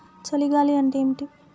చలి గాలి అంటే ఏమిటి?